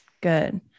good